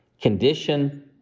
condition